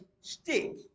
stick